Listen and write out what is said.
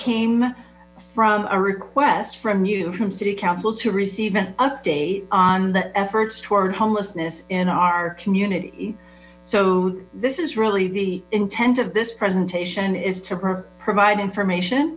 came from a request from you from city council to receive an update on the efforts toward homelessness in our community so this is really the intent of this presentation is to provide information